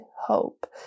hope